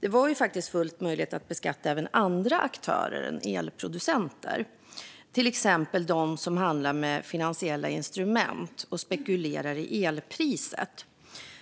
Det var faktiskt fullt möjligt att beskatta även andra aktörer än elproducenter, till exempel dem som handlar med finansiella instrument och spekulerar i elpriset.